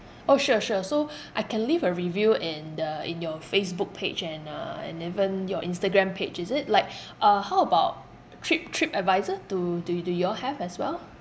orh sure sure so I can leave a review in the in your Facebook page and uh and even your Instagram page is it like uh how about trip trip advisor do do do you all have as well